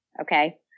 Okay